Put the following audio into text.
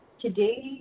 Today